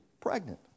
pregnant